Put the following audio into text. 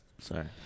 Sorry